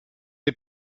est